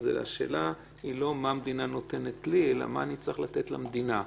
השאלה היא לא מה המדינה נותנת לי אלא מה אני צריך לתת למדינה,